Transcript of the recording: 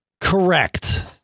Correct